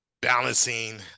balancing